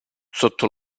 sotto